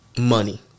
Money